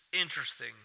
interesting